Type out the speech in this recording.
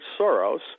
Soros